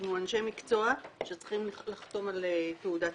אנחנו אנשי מקצוע שצריכים לחתום על תעודה ציבורית.